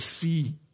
see